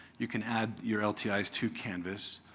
you can add your ltis to canvas.